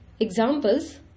Examples